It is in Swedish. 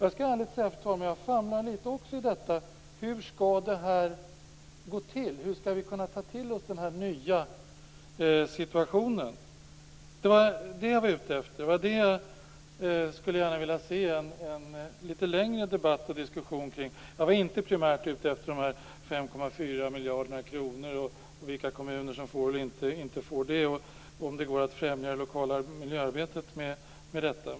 Jag skall ärligt säga, fru talman, att jag också famlar i fråga om hur det här skall gå till, hur vi skall kunna ta till oss den här nya situationen. Det var det jag var ute efter och som jag gärna skulle vilja ha en längre debatt kring. Jag var inte primärt ute efter de 5,4 miljarderna, vilka kommuner som får och inte får dem eller om det går att främja det lokala miljöarbetet med detta.